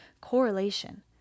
correlation